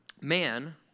man